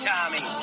Tommy